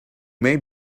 may